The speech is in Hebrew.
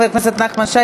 חבר הכנסת נחמן שי,